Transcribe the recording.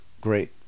Great